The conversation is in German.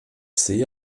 sehe